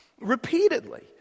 repeatedly